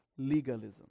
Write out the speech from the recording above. Legalism